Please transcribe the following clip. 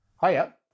Hiya